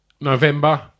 November